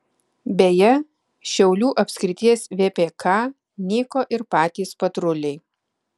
beje šiaulių apskrities vpk nyko ir patys patruliai